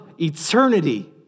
eternity